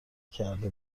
کرده